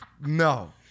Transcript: no